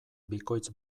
bikoitz